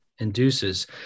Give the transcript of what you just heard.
induces